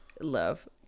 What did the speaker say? love